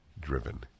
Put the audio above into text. driven